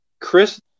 Chris